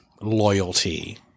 loyalty